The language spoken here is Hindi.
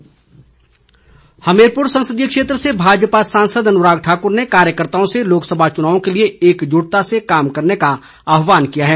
अनुराग हमीरपुर संसदीय क्षेत्र से भाजपा सांसद अनुराग ठाकुर ने कार्यकर्त्ताओं से लोकसभा चुनाव के लिए एकजुटता से कार्य करने का आह्वान किया है